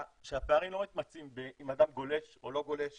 שהפערים לא מתמצים באם אדם גולש או לא גולש